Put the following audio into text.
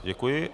Děkuji.